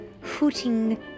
hooting